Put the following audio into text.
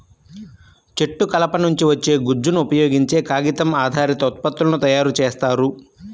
చెట్టు కలప నుంచి వచ్చే గుజ్జును ఉపయోగించే కాగితం ఆధారిత ఉత్పత్తులను తయారు చేస్తారు